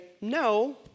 no